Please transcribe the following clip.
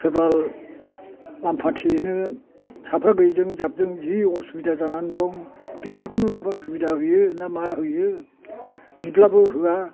सोरबा लामफाथियैनो फिसाफोर गैयिजों जाबजों जि असुबिदा जानानै दं बिफोरखौनो माबा सुबिदा होयो ना मा होयो बिब्लाबो होआ